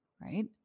right